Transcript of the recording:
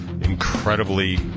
incredibly